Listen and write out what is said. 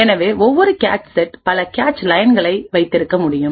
எனவே ஒவ்வொரு cache set பல கேச் லயன்களை வைத்திருக்க முடியும்